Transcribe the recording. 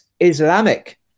islamic